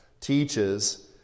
teaches